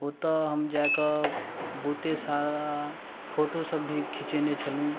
ओतऽ हम जाकऽ बहुते सारा फोटोसब भी खिँचेने छलहुँ